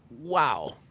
wow